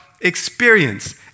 experience